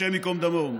השם ייקום דמו.